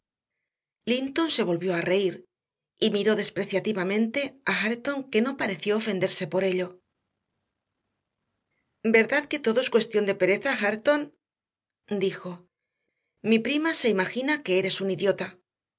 linton se volvió a reír y miró despreciativamente a hareton que no pareció ofenderse por ello verdad que todo es cuestión de pereza hareton dijo mi prima se imagina que eres un idiota